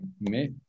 Mais